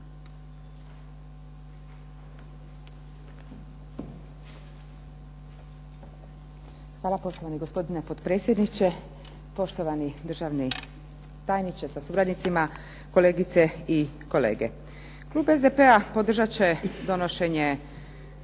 Hvala poštovani gospodine potpredsjedniče, poštovani državni tajniče sa suradnicima, kolegice i kolege. Klub SDP-a podržat će donošenje